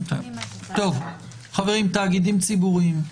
תאגידים ציבוריים.